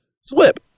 slip